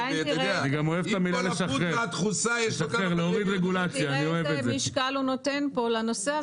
אם כל --- ותראה איזה משקל הוא נותן פה לנושא הזה.